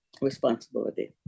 responsibility